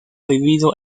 vivido